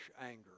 anger